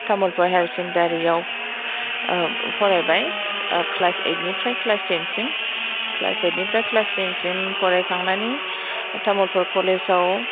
Tamulpur higher सेकेण्डारिआव फरायबाय class ओइतनिफ्राय क्लास टेनसिम क्लास ओइतनिफ्राय क्लास टेनसिम फरायखांनानै तामुलपुर कलेजाव